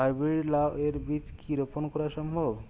High breed লাও এর বীজ কি রোপন করা সম্ভব?